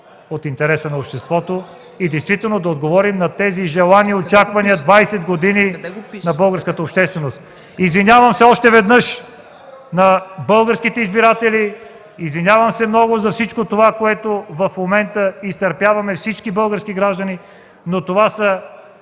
от интереса на обществото и действително да отговорим на тези желани очаквания 20 години на българската общественост. Извинявам се още веднъж на българските избиратели! Извинявам се много за всичко това, което всички български граждани в момента